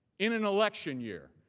in an election year.